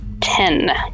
Ten